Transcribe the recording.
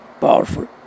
powerful